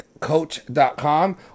Coach.com